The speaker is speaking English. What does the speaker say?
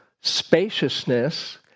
spaciousness